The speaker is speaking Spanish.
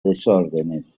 desórdenes